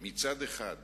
מצד אחד